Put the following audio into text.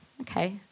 okay